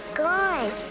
gone